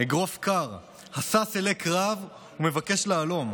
אגרוף קר השש אלי קרב ומבקש להלום.